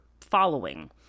following